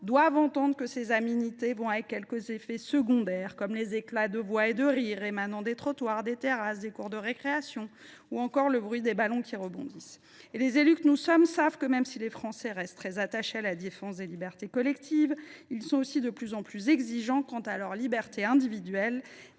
doivent entendre que ces aménités vont avec quelques effets secondaires comme les éclats de voix et de rire entendus depuis les trottoirs, les terrasses et les cours de récréation, ou encore le bruit des ballons qui rebondissent. Les élus que nous sommes savent que les Français, même s’ils restent très attachés à la défense des libertés collectives, sont aussi de plus en plus exigeants quant à leur liberté individuelle,